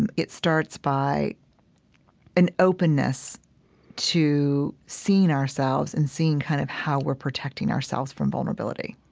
and it starts by an openness to seeing ourselves and seeing kind of how we're protecting ourselves from vulnerability.